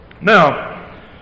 Now